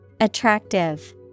Attractive